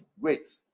Great